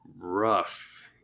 rough